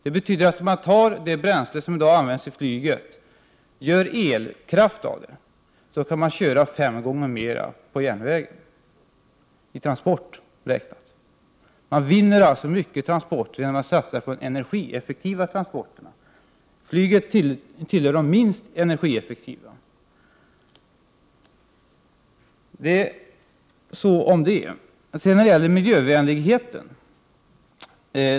Det betyder att om man tar det bränsle som i dag används för flyget och gör elkraft av det, kan man köra fem gånger längre med järnvägen, dvs. i transportsträcka räknat. Man vinner alltså i transport genom att satsa på energieffektiva transporter. Flyget tillhör de minst energieffektiva transporterna.